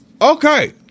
Okay